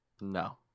No